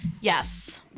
Yes